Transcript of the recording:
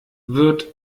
wird